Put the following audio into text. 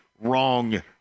wrong